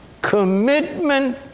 commitment